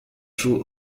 true